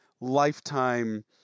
lifetime